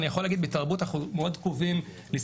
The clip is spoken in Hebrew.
אני יכול להגיד שבתחום התרבות אנחנו מאוד קרובים לסיכום.